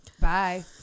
Bye